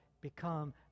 become